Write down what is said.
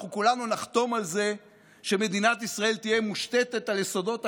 ואנחנו כולנו נחתום על זה שמדינת ישראל תהיה מושתתת על יסודות החירות,